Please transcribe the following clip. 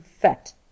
fat